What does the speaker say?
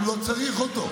אם לא צריך אותו,